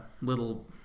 little